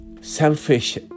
selfish